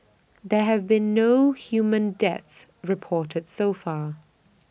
there have been no human deaths reported so far